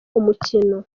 umukino